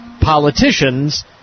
politicians